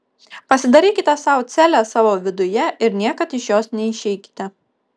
pasidarykite sau celę savo viduje ir niekad iš jos neišeikite